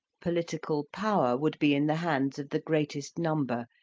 political power would be in the hands of the greatest number,